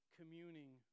communing